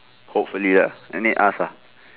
hopefully ah let me ask ah